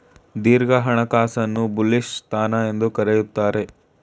ದೀರ್ಘ ಹಣಕಾಸನ್ನು ಬುಲಿಶ್ ಸ್ಥಾನ ಎಂದು ಕರೆಯುತ್ತಾರೆ